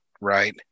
Right